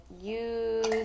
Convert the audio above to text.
use